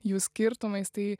jų skirtumais tai